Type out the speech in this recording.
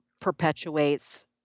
perpetuates